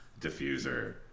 Diffuser